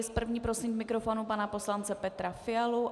S první prosím k mikrofonu pana poslance Petra Fialu.